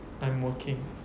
I'm working